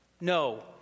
No